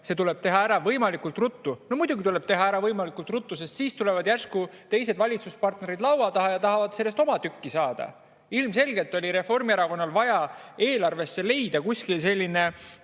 see tuli ära teha võimalikult ruttu. No muidugi tuli ära teha võimalikult ruttu, sest äkki oleks tulnud teised valitsuspartnerid laua taha ja tahtnud sellest oma tükki saada. Ilmselgelt oli Reformierakonnal vaja eelarvesse leida 240 miljonit